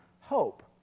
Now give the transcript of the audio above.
hope